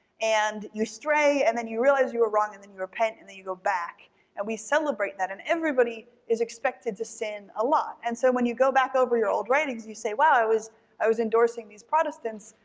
and you stray and then you realize you were wrong and then you repent and then you go back and we celebrate that. and everybody is expected to sin a lot. and so when you go back over your old writings, you say, wow, i was i was endorsing these protestants,